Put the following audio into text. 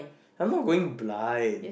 I'm not going blind